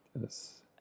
Yes